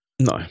No